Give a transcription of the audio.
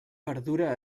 perdura